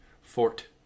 fort